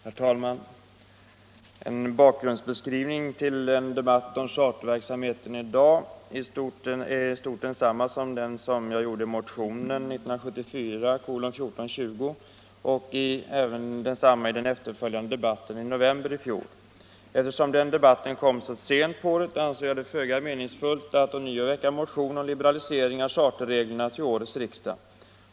Herr talman! En bakgrundsbeskrivning till en debatt om charterverksamheten är i dag i stort densamma som en som jag gjorde i motionen 1974:1420 och även i den efterföljande debatten i november i fjol. Eftersom den debatten kom så sent på året ansåg jag det föga meningsfullt att ånyo väcka en motion om liberalisering av charterreglerna till årets riksdag.